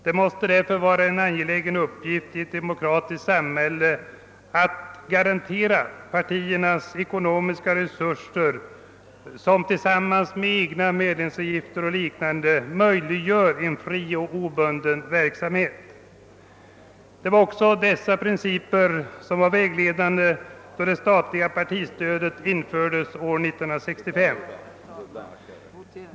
Därför måste det vara en angelägen uppgift i ett demokratiskt samhälle att garantera partierna ekonomiska resurser, som tillsammans med medlemsavgifter och liknande möjliggör en fri och obunden verksamhet. Det var också dessa principer som var vägledande, då det statliga partistödet infördes 1965.